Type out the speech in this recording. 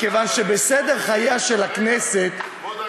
כיוון שבסדר חייה של הכנסת, כבוד היושב-ראש,